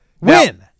Win